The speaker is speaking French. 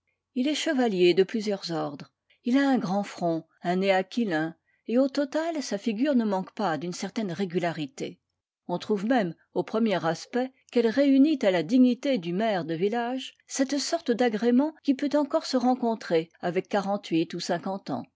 il est chevalier de plusieurs ordres il a un grand front un nez aquilin et au total sa figure ne manque pas d'une certaine régularité on trouve même au premier aspect qu'elle réunit à la dignité du maire de village cette sorte d'agrément qui peut encore se rencontrer avec quarante-huit ou cinquante ans